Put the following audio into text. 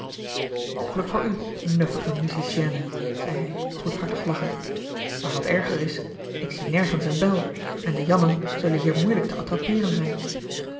mogelijk voor u nuffige musicienne zei hij goedhartig lachend maar wat erger is ik zie nergens eene bel en de jannen zullen hier moeilijk te attrapeeren zijn